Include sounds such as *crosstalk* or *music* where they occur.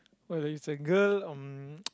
oh there is a girl on *noise*